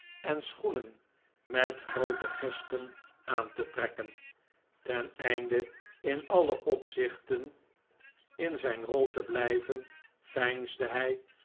en schoenen met groote gespen aan te trekken teneinde in alle opzichten in zijn rol te blijven veinsde hij